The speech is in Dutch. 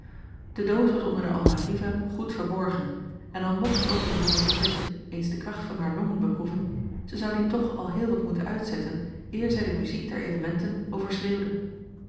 de doos was onder de almaviva goed verborgen en al mocht ook het jonge juffertje eens de kracht van haar longen beproeven zij zou die toch al heel wat moeten uitzetten eer zij de muziek der elementen overschreeuwde